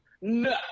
No